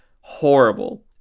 horrible